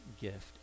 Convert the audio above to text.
gift